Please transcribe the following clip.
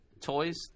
toys